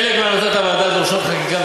חלק מהמלצות הוועדה דורשות חקיקה,